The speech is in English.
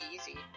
Easy